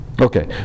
Okay